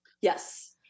Yes